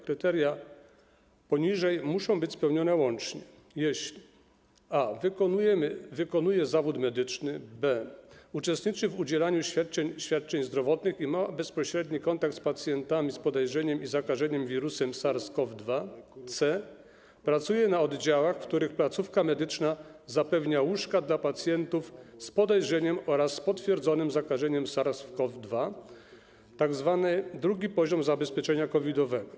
Kryteria poniżej muszą być spełnione łącznie: a) wykonuje zawód medyczny; b) uczestniczy w udzielaniu świadczeń zdrowotnych i ma bezpośredni kontakt z pacjentami z podejrzeniem zakażenia wirusem SARS-CoV-2; c) pracuje na oddziałach, w których placówka medyczna zapewnia łóżka dla pacjentów z podejrzeniem oraz potwierdzonym zakażeniem SARS-CoV-2, tzw. II poziom zabezpieczenia COVID-owego.